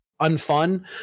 unfun